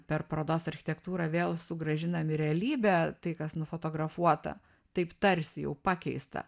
per parodos architektūrą vėl sugrąžinam į realybę tai kas nufotografuota taip tarsi jau pakeista